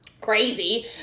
Crazy